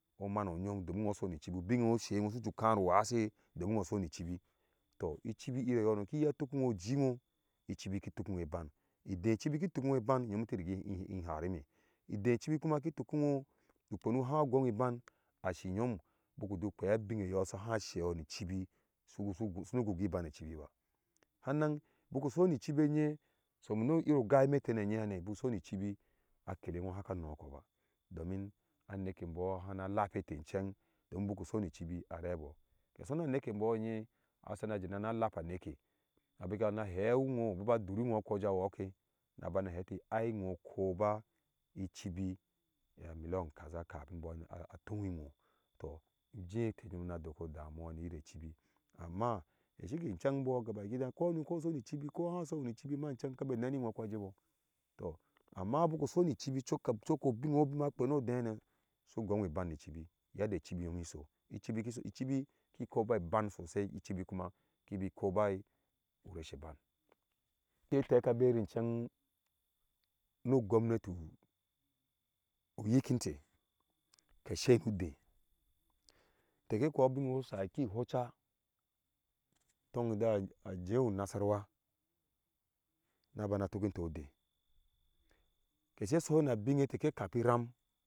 Omaw oyom domin nwho usoni chibi ubine who she nwo suju karu uase domin nwho soni chibi to ichibi ire eyono ki iya tuk iwho ujiwho khibi ku tuk nwo ibang ide chibi kuma kituk nwo ukwem ha ugoi ibang ashi nyom biku ju gwea abin eyo siha sheyo ni chibi ba hannan biku gu som chibi eye hame biku gu gu som chibi eye sou no iyeno gai ne tena eyeham biku soni chibi akele nwo haka noko ba donin aneke nbɔɔ haa lapete ichenen don biku soni chibi a rebo ke sona a neve embɔɔ eye ashina ajenena a lappa neke a bina na hewi nwo bina durin nwo aja woke bana hei nwo ai nwo kuba ichibi a million kaza kafin nboɔ a tuwi nwo to use ete yom na doko damuwa ni chibi amma da shike incheag nbɔɔ ugabakidaya ko nwo sonichibi ko ha sonwo ni cibi chen kabe neni nwo a koa a jebo to amma biku soni chibi cok obin ewho una bema a gwei nodeham su gui ibang ni chibi yadda ichibi yom si so ichibi ki koi nbang sosai ichibi kuma iki koba urese ebang ke tekabere nchang nu u gwannati u yikin te ke seyir nu deh keke kuwa abin iye so sai ni hocha tun aje na unasarawa na bana tuk mtee udeh kese sona abin ete keke kaphi iram